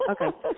okay